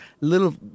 little